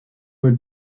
were